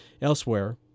Elsewhere